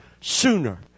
sooner